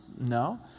No